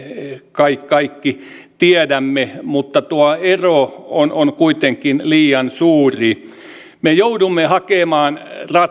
kaikki kaikki tiedämme tuo ero on on kuitenkin liian suuri me joudumme hakemaan